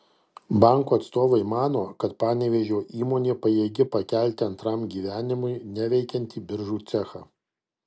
banko atstovai mano kad panevėžio įmonė pajėgi pakelti antram gyvenimui neveikiantį biržų cechą